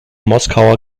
moskauer